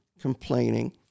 complaining